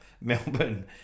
Melbourne